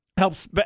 Helps